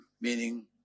meaning